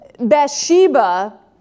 Bathsheba